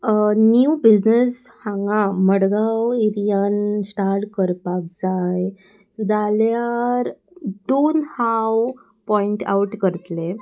new business हांगा मडगांव एरियान start करपाक जाय जाल्यार दोन हांव पॉयंट आवट करतले